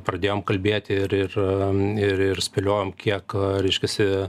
pradėjom kalbėti ir ir ir ir spėliojom kiek reiškiasi